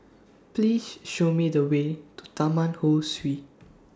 Please Show Me The Way to Taman Ho Swee